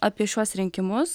apie šiuos rinkimus